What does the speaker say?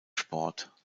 sport